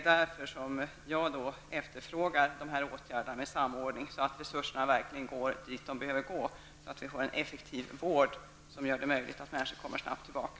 Därför efterfrågar jag åtgärder med samordning så att resurserna används så att vi får effektiv vård som gör det möjligt för människor att snabbt komma tillbaka.